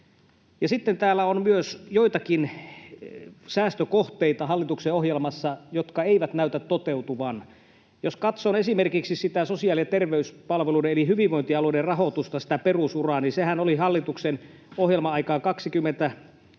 ohjelmassa on myös joitakin säästökohteita, jotka eivät näytä toteutuvan. Jos katson esimerkiksi sosiaali- ja terveyspalveluiden eli hyvinvointialueiden rahoitusta, sitä perusuraa, niin sehän oli hallituksen ohjelman aikaan 28,3